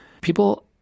people